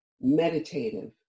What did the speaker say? meditative